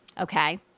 Okay